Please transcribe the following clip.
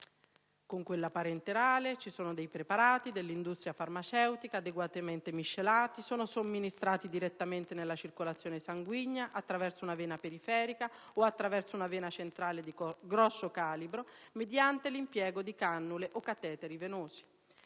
nutrizione parenterale ci sono dei preparati dell'industria farmaceutica, adeguatamente miscelati, somministrati direttamente nella circolazione sanguigna, attraverso una vena periferica o una vena centrale di grosso calibro mediante l'impiego di cannule o cateteri venosi;